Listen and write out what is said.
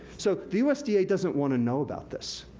so, the usda doesn't wanna know about this.